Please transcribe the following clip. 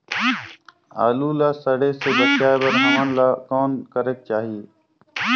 आलू ला सड़े से बचाये बर हमन ला कौन करेके चाही?